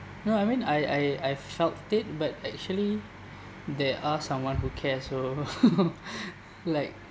no I mean I I I felt it but actually there are someone who cares so like